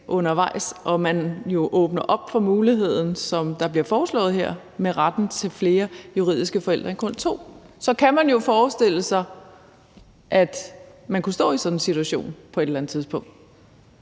undervejs, og man åbner op for den mulighed, der bliver foreslået her, for retten til flere juridiske forældre end kun to. Så kan man jo forestille sig, at man kunne stå i sådan en situation på et eller andet tidspunkt.